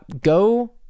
go